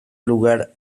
lugar